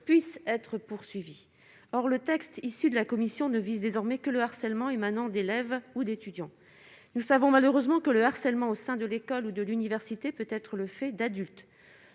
puissent être poursuivis, or le texte issu de la commission ne vise désormais que le harcèlement émanant d'élèves ou d'étudiants, nous savons malheureusement que le harcèlement au sein de l'école ou de l'université, peut-être le fait d'adultes,